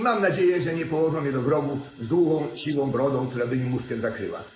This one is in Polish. Mam nadzieje, że nie położą mnie do grobu z długą, siwą brodą, która by mi muszkę zakryła.